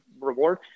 reward